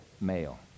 male